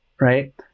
right